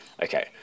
Okay